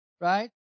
Right